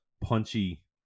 punchy